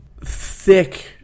thick